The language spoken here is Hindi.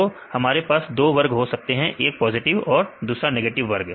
तो हमारे पास दो वर्ग हो सकते हैं एक पॉजिटिव और दूसरा नेगेटिव वर्ग